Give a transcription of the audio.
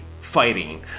fighting